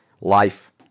life